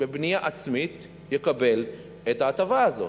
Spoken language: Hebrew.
יקבל בבנייה עצמית את ההטבה הזאת.